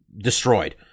destroyed